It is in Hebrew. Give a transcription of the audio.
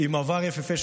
עם עבר יפהפה,